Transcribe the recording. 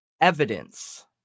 Evidence